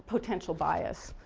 potential bias.